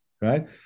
right